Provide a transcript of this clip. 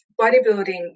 bodybuilding